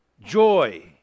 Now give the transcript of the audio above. joy